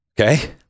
Okay